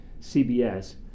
CBS